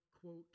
quote